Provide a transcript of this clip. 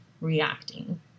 reacting